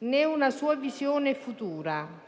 né una sua visione futura.